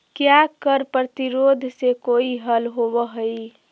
क्या कर प्रतिरोध से कोई हल होवअ हाई